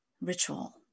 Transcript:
ritual